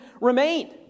remained